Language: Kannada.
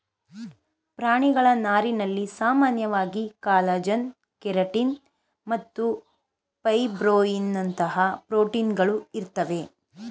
ಪ್ರಾಣಿಗಳ ನಾರಿನಲ್ಲಿ ಸಾಮಾನ್ಯವಾಗಿ ಕಾಲಜನ್ ಕೆರಟಿನ್ ಮತ್ತು ಫೈಬ್ರೋಯಿನ್ನಂತಹ ಪ್ರೋಟೀನ್ಗಳು ಇರ್ತವೆ